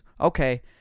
okay